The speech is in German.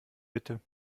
bitte